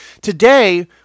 Today